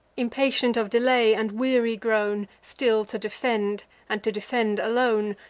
impatient of delay, and weary grown, still to defend, and to defend alone,